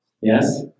Yes